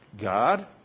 God